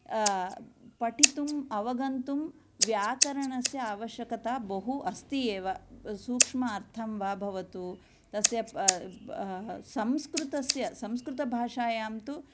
पठितुम् अवगन्तुं व्याकरणस्य आवश्यकता बहु अस्ति एव सूक्ष्मार्थं वा भवतु तस्य संस्कृतस्य संस्कृतभाषायां तु